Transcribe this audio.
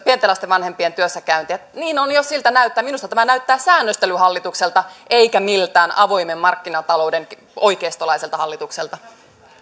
pienten lasten vanhempien työssäkäyntiä niin on jos siltä näyttää minusta tämä näyttää säännöstelyhallitukselta eikä miltään avoimen markkinatalouden oikeistolaiselta hallitukselta